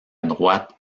droite